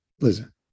listen